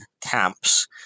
camps